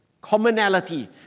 commonality